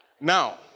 Now